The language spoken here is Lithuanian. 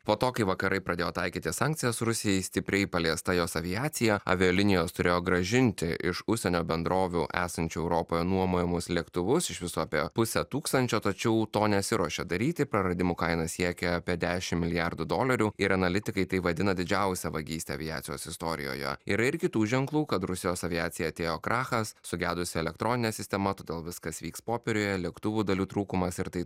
po to kai vakarai pradėjo taikyti sankcijas rusijai stipriai paliesta jos aviacija avialinijos turėjo grąžinti iš užsienio bendrovių esančių europoje nuomojamus lėktuvus iš viso apie pusę tūkstančio tačiau to nesiruošia daryti praradimų kaina siekia apie dešim milijardų dolerių ir analitikai tai vadina didžiausia vagyste aviacijos istorijoje yra irkitų ženklų kad rusijos aviacijai atėjo krachas sugedusi elektroninė sistema todėl viskas vyks popieriuje lėktuvų dalių trūkumas ir tai